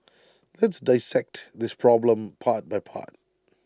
let's dissect this problem part by part